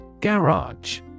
Garage